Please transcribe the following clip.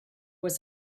was